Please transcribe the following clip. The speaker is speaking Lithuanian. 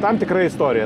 tam tikra istorija